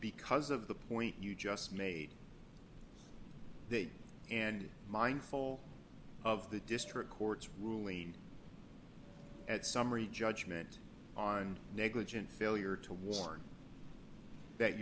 because of the point you just made and mindful of the district court's ruling at summary judgment on negligent failure to warn that